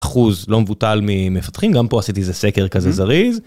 אחוז לא מבוטל ממפתחים גם פה עשיתי זה סקר כזה זריז.